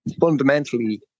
fundamentally